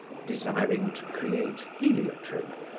desiring to create heliotrope,